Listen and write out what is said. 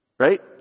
Right